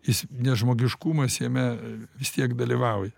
jis nežmogiškumas jame vis tiek dalyvauja